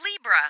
Libra